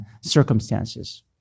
circumstances